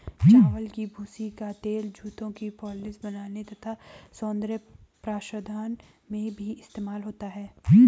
चावल की भूसी का तेल जूतों की पॉलिश बनाने तथा सौंदर्य प्रसाधन में भी इस्तेमाल होता है